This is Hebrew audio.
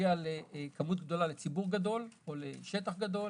שנוגע לציבור גדול או לשטח גדול